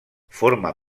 forma